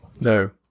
No